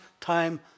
time